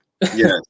Yes